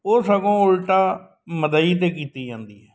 ਉਹ ਸਗੋਂ ਉਲਟਾ ਮਦਈ 'ਤੇ ਕੀਤੀ ਜਾਂਦੀ